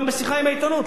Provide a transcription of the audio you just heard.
גם בשיחה עם העיתונות,